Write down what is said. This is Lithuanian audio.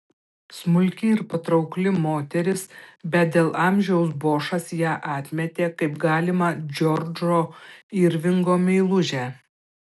smulki ir patraukli moteris bet dėl amžiaus bošas ją atmetė kaip galimą džordžo irvingo meilužę